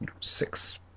six